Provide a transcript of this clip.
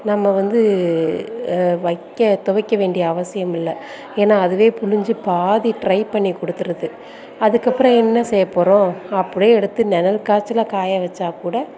நம்ம வந்து வைக்க துவைக்க வேண்டிய அவசியம் இல்லை ஏன்னா அதுவே பிழிஞ்சி பாதி டிரை பண்ணி கொடுத்துடுது அதுக்கப்புறம் என்ன செய்ய போறோம் அப்படியே எடுத்து நிழல் காற்றுல காய வச்சால் கூட